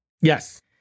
Yes